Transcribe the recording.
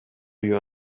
you